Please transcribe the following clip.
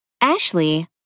Ashley